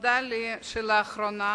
נודע שלאחרונה